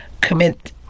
Commit